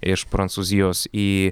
iš prancūzijos į